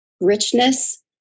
richness